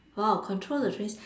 !huh! control the trains